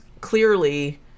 clearly